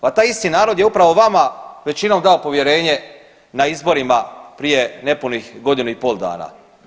Pa taj isti narod je upravo vama većinom dao povjerenje na izborima prije nepunih godinu i pol dana.